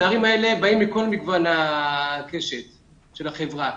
הנערים האלה באים מכל מגוון הקשת של החברה.